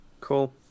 cool